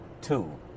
two